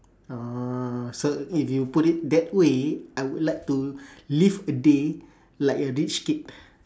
orh so if you put it that way I would like to live a day like a rich kid